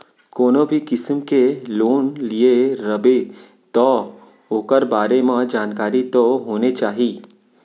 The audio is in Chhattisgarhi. कोनो भी किसम के लोन लिये रबे तौ ओकर बारे म जानकारी तो होने चाही